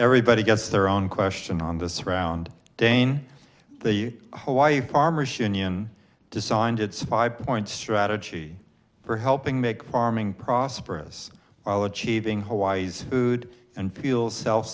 everybody gets their own question on this round dane the whole why farmers union designed its five point strategy for helping make farming prosperous all achieving hawaii's food and feel self